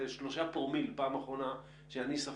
זה 3 פרומיל בפעם האחרונה שאני ספרתי.